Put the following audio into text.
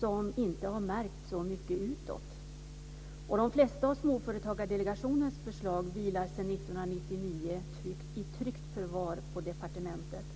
som inte har märkts så mycket utåt. De flesta av Småföretagsdelegationens förslag vilar sedan 1999 i tryggt förvar på departementet.